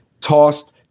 tossed